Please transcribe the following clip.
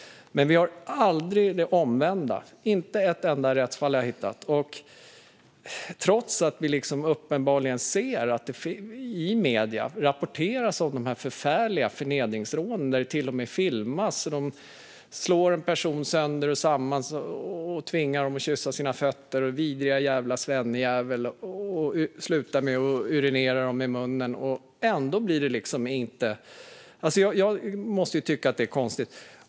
Men vi har aldrig det omvända. Jag har inte hittat ett enda rättsfall. Trots att det i medierna rapporteras om förfärliga förnedringsrån som till och med filmas och där rånarna slår offret sönder och samman, tvingar offret att kyssa rånarnas fötter, kallar offret "vidriga svennejävel" och urinerar offret i munnen händer inget. Det måste jag säga är konstigt.